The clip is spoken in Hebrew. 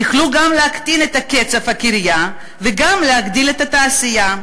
היו יכולים גם להקטין את קצב הכרייה וגם להגדיל את התעשייה.